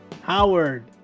Howard